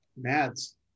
Mads